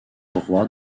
droit